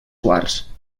quarts